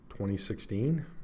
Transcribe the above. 2016